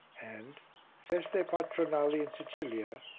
and feste patronali in sicilia,